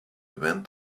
went